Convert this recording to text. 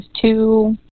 two